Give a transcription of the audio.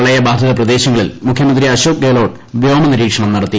പ്രളയബാധിത പ്രദേശങ്ങളിൽ മുഖ്യമന്ത്രി അശോക് ഗെഹലോട്ട് വ്യോമ നിരീക്ഷണം നടത്തി